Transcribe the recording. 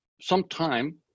sometime